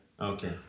okay